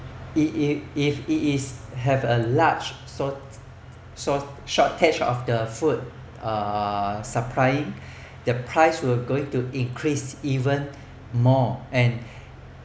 if it if it is have a large sort~ shortage of the food uh supply the price will going to increase even more and